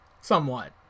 Somewhat